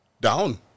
down